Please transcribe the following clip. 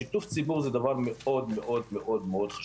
שיתוף הציבור הוא דבר מאוד מאוד חשוב,